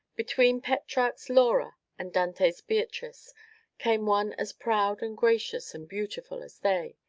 between petrarch's laura and dante's beatrice came one as proud and gracious and beautiful as they,